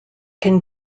can